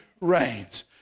reigns